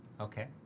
Okay